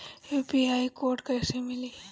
UPI code कैसे मिली?